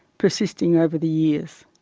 persisting over the years.